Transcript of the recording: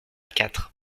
quatre